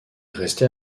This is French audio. restait